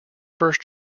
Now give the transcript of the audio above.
first